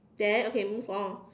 then okay move on